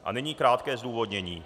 A nyní krátké zdůvodnění.